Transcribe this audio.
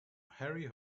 harry